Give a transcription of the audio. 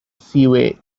seaway